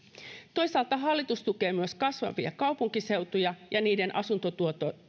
toisaalta hallitus tukee myös kasvavia kaupunkiseutuja ja niiden asuntotuotantoa